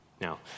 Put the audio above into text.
Now